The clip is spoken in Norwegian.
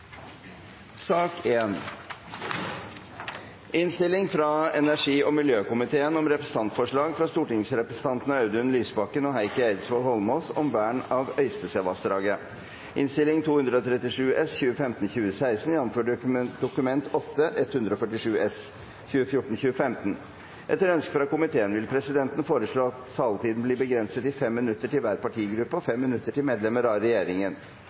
sak nr. 2. Etter ønske fra utenriks- og forsvarskomiteen vil presidenten foreslå at taletiden blir begrenset til 5 minutter til hver partigruppe og 5 minutter til medlemmer av regjeringen.